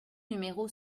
numéro